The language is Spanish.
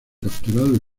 capturados